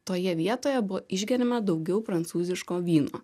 toje vietoje buvo išgeriama daugiau prancūziško vyno